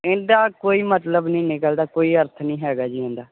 ਇਹਦਾ ਕੋਈ ਮਤਲਬ ਨਹੀਂ ਨਿਕਲਦਾ ਕੋਈ ਅਰਥ ਨਹੀਂ ਹੈਗਾ ਜੀ ਇਹਦਾ